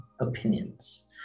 opinions